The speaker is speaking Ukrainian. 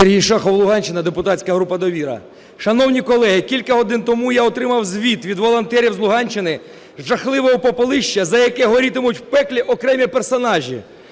депутатська група "Довіра". Шановні колеги, кілька годин тому я отримав звіт від волонтерів з Луганщини, з жахливого попелища, за яке горітимуть в пеклі окремі персонажі.